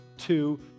Two